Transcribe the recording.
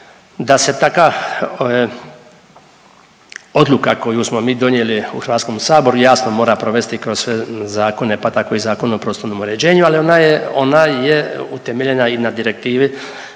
da se takva odluka koju smo mi donijeli u Hrvatskom saboru jasno mora provesti kroz sve zakone, pa tako i Zakon o prostornom uređenju ali ona je utemeljena i na Direktivi